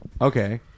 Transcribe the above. Okay